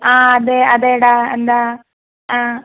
ആ അതെ അതെ ഡാ എന്താ ആ